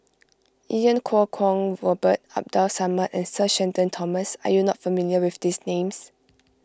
Iau Kuo Kwong Robert Abdul Samad and Sir Shenton Thomas are you not familiar with these names